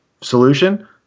solution